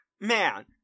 man